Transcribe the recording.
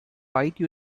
white